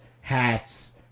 hats